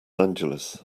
angeles